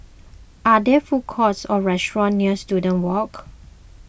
are there food courts or restaurants near Student Walk